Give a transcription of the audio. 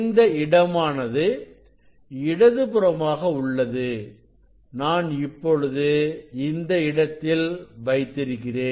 இந்த இடமானது இடதுபுறமாக உள்ளது நான் இப்பொழுது இந்த இடத்தில் வைத்திருக்கிறேன்